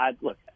Look